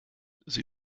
sie